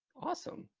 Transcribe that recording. awesome.